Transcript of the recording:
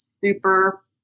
super